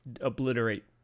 obliterate